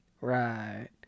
Right